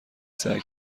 سعی